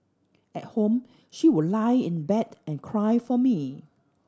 at home she would lie in bed and cry for me